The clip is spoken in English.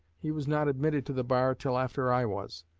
he was not admitted to the bar till after i was.